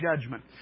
judgment